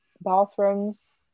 bathrooms